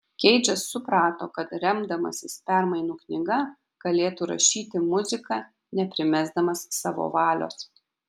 keidžas suprato kad remdamasis permainų knyga galėtų rašyti muziką neprimesdamas savo valios